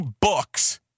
books